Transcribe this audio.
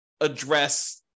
address